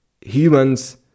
humans